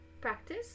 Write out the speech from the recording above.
Practice